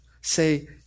Say